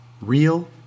Real